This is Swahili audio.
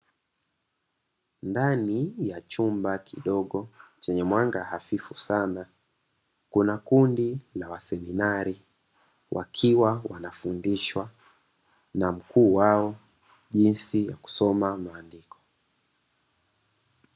Ndani ya chumba kidogo chenye mwanga hafifu sana, kuna kundi la wa seminari wakiwa wanafundishwa na mkuu wao jinsi ya kusoma maandiko.